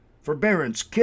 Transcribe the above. forbearance